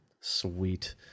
Sweet